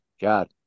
God